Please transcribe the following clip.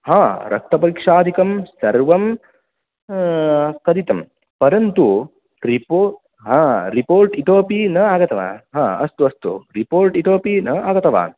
हा रक्तपरीक्षादिकं सर्वं कारितं परन्तु रिपो हा रिपोर्ट् इतोपि न आगतवान् हा अस्तु अस्तु रिपोर्ट् इतोपि न आगतवान्